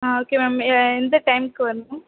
ம்ம் okay ma'am ஏ எந்த டைமுக்கு வர்ணும்